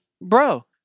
bro